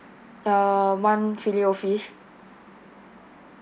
uh one fillet O fish